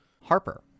Harper